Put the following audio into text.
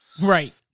right